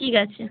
ঠিক আছে